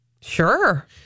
Sure